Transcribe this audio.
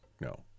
No